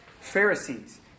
Pharisees